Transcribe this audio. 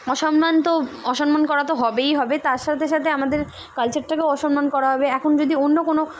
অসম্মান তো অসম্মান করা তো হবেই হবে তার সাথে সাথে আমাদের কালচারটাকেও অসম্মান করা হবে এখন যদি অন্য কোনো